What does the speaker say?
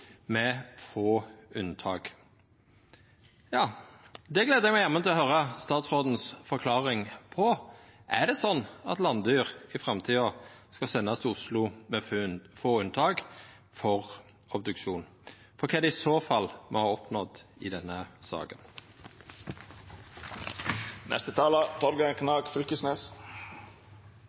med få unntak. Det gler eg meg til å høyra korleis statsråden forklarer. Er det slik at landdyr i framtida, med få unntak, skal sendast til Oslo for obduksjon? For kva er det i så fall me har oppnådd i denne